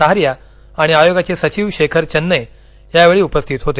सहारिया आणि आयोगाचे सधिव शेखर चन्ने यावेळी उपस्थित होते